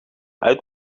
uit